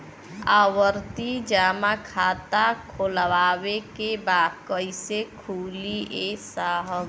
आवर्ती जमा खाता खोलवावे के बा कईसे खुली ए साहब?